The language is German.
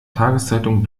tageszeitung